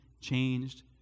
changed